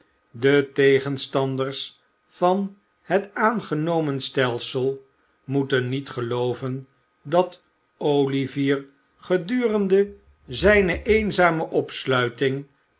de tegenstanders van het aangenomen stelsel moeten niet gelooven dat olivier gedurende zijne eenzame opsluiting